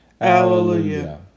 Hallelujah